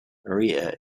maria